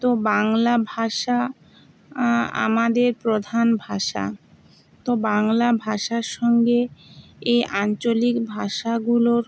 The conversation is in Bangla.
তো বাংলা ভাষা আমাদের প্রধান ভাষা তো বাংলা ভাষার সঙ্গে এই আঞ্চলিক ভাষাগুলোর